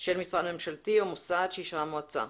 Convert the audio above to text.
של משרד ממשלתי או מוסד שאישרה המועצה'.